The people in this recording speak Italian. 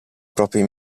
proprie